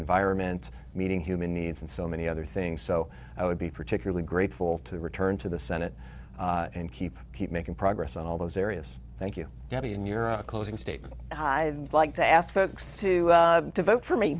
environment meeting human needs and so many other things so i would be particularly grateful to return to the senate and keep keep making progress on all those areas thank you debbie in your closing statement i like to ask folks to vote for me